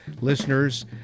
listeners